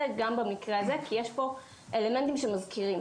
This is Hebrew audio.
גם במקרה הזה כי יש פה אלמנטים שמזכירים.